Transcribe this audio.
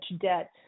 debt